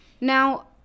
Now